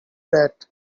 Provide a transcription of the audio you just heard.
that